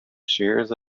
shares